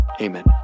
Amen